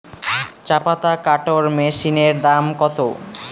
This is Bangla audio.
চাপাতা কাটর মেশিনের দাম কত?